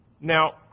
Now